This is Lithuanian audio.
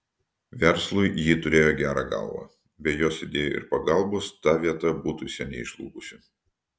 verslui ji turėjo gerą galvą be jos idėjų ir pagalbos ta vieta būtų seniai žlugusi